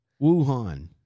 Wuhan